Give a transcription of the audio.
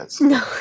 No